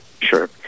Sure